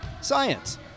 science